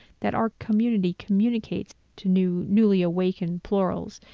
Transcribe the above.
that our community communicates to new newly awakened plurals,